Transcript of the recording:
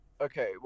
Okay